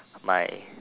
my